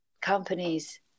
companies